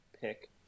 pick